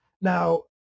now